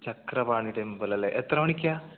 Chakrapani temple അല്ലേ എത്ര മണിക്കാണ്